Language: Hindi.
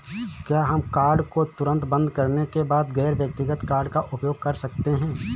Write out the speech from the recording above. क्या हम कार्ड को तुरंत बंद करने के बाद गैर व्यक्तिगत कार्ड का उपयोग कर सकते हैं?